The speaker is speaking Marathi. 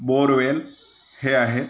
बोअरवेल हे आहे